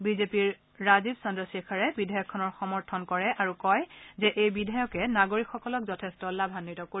বিজেপিৰ ৰাজীৱ চদ্ৰ শেখৰে বিধেয়কখনৰ সমৰ্থন কৰে আৰু কয় যে এই বিধেয়কে নাগৰিকসকলক যথেষ্ট লাভান্নিত কৰিব